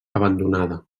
abandonada